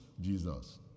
Jesus